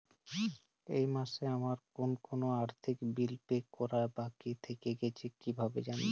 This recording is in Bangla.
এই মাসে আমার কোন কোন আর্থিক বিল পে করা বাকী থেকে গেছে কীভাবে জানব?